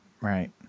Right